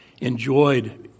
enjoyed